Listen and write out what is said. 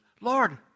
Lord